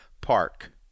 park